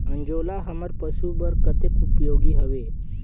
अंजोला हमर पशु बर कतेक उपयोगी हवे?